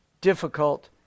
difficult